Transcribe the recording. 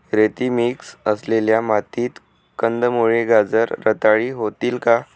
रेती मिक्स असलेल्या मातीत कंदमुळे, गाजर रताळी होतील का?